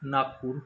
Nagpur